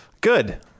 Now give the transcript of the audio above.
Good